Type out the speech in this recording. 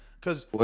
Cause